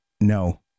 No